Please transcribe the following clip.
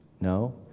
no